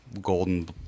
golden